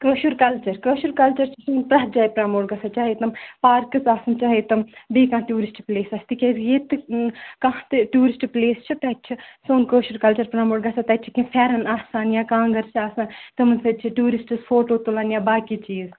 کٲشر culture کٲشرکَلچر چھُ پریٚتھ جایِہِ پرٛموٹ گژھان چاہے تِم پارکٕس آسن چاہے تِم بیٚیِہِ کانٛہہ ٹیوٗرِسٹ پٕلیس آسہِ تہِ کیازِ ییٚتہِ کانٛہہ تہِ ٹیوٗرِسٹ پٕلیس چھُ تَتّہِ چھُ سوٗن کٲشُرکَلچر پرٛموٹ گژھان تَتہِ چھِ کیٚنٛہہ پھیٚرن آسَن یا کانگٕرچھِ آسَن تِمن سۭتۍ چھِ ٹیوٗرِسٹ فوٹو تُلان یا باقٕے چیٖز